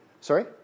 Sorry